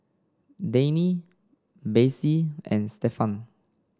Dayne Bessie and Stefan